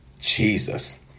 Jesus